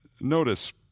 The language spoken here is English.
Notice